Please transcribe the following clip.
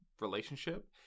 relationship